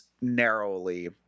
narrowly